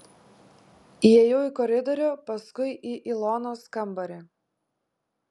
įėjau į koridorių paskui į ilonos kambarį